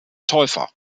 täufer